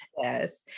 Yes